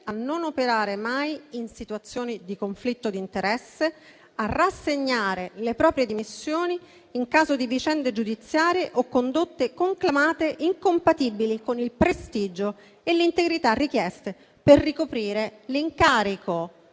a non operare mai in situazioni di conflitto di interesse, a rassegnare le proprie dimissioni in caso di vicende giudiziarie o condotte conclamate incompatibili con il prestigio e l'integrità richieste per ricoprire l'incarico.